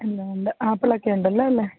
എല്ലാം ഉണ്ട് ആപ്പിളക്കെ ഉണ്ടല്ലോ അല്ലേ